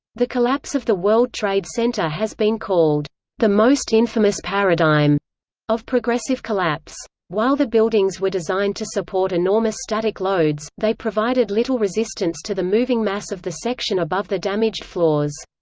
the collapse of the world trade center has been called the most infamous paradigm of progressive collapse. while the buildings were designed to support enormous static loads, they provided little resistance to the moving mass of the section above the damaged floors.